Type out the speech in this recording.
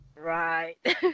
Right